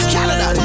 Canada